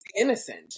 innocent